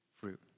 fruit